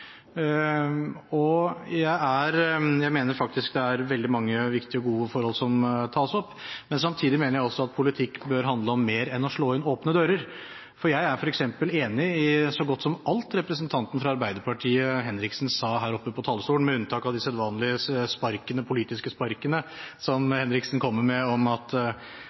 Jeg mener faktisk det er veldig mange viktige og gode forhold som tas opp. Men samtidig mener jeg også at politikk bør handle om mer enn å slå inn åpne dører. Jeg er f.eks. enig i så godt som alt representanten Henriksen fra Arbeiderpartiet sa her oppe på talerstolen, med unntak av de sedvanlige politiske sparkene som Henriksen kommer med, om at